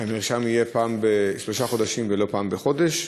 שהמרשם יהיה פעם בשלושה חודשים ולא פעם בחודש,